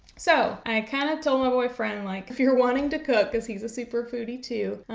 so i kinda told my boyfriend like, if you're wanting to cook. because he's a super foodie too.